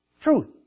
truth